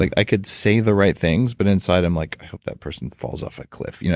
like i could say the right things, but inside i'm like, i hope that person falls off a cliff. you know